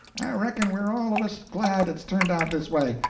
i reckon we're all of us glad it's turned out this way.